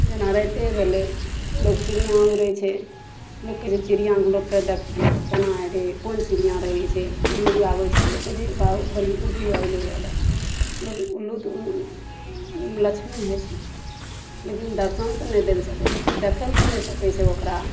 जेना राइते भेलै लोक चिड़िऑं उड़ै छै लोक कहै छै चिड़िऑंके लोकके देख केना है रे कोन चिड़िऑं रहै छै उल्लू आबै छै तऽ लोक कहै छै बहुत बढ़ि ऑं उल्लू अयलैया अलग लोक उल्लू तऽ उल्लू लक्ष्मी होइ छै ने लेकिन दर्शन तऽ नहि दऽ सकैत छै कोइ देखै लऽ तऽ नहि सकैत छै ओकरा